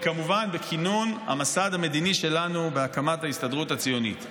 וכמובן בכינון המסד המדיני שלנו בהקמת ההסתדרות הציונית.